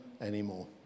anymore